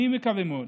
אני מקווה מאוד